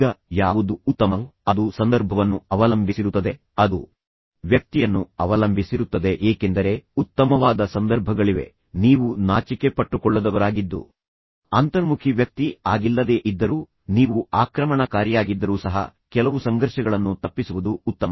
ಈಗ ಯಾವುದು ಉತ್ತಮ ಎಂದು ನೀವು ಕೇಳಿದರೆ ಅದು ಸಂದರ್ಭವನ್ನು ಅವಲಂಬಿಸಿರುತ್ತದೆ ಅದು ವ್ಯಕ್ತಿಯನ್ನು ಅವಲಂಬಿಸಿರುತ್ತದೆ ಏಕೆಂದರೆ ಉತ್ತಮವಾದ ಸಂದರ್ಭಗಳಿವೆ ನೀವು ನಾಚಿಕೆ ಪಟ್ಟುಕೊಳ್ಳದವರಾಗಿದ್ದು ಅಂತರ್ಮುಖಿ ವ್ಯಕ್ತಿ ಆಗಿಲ್ಲದೇ ಇದ್ದರು ನೀವು ಆಕ್ರಮಣಕಾರಿಯಾಗಿದ್ದರೂ ಸಹ ಕೆಲವು ಸಂಘರ್ಷಗಳನ್ನು ತಪ್ಪಿಸುವುದು ಉತ್ತಮ